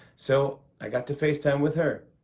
so i got to facetime with her.